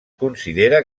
considera